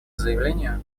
заявлению